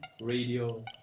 radio